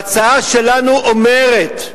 ההצעה שלנו אומרת,